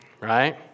right